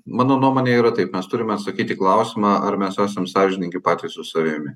mano nuomone yra taip mes turime sakyti klausimą ar mes esam sąžiningi patys su savimi